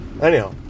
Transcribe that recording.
Anyhow